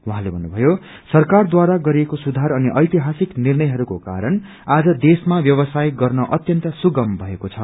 उाहाँले भन्नुभयो सरकारद्वारा गरिएको सुधार अनि ऐतिहासकि निष्ट्रयहरूको कारण आज देशमा व्ववसाय गर्न अत्यन्त सुगम भएके द